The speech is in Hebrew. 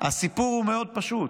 הסיפור הוא מאוד פשוט.